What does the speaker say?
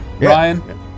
Ryan